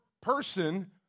person